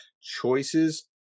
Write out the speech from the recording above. Choices